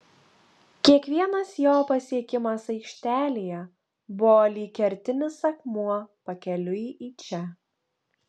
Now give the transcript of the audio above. kiekvienas jo pasiekimas aikštelėje buvo lyg kertinis akmuo pakeliui į čia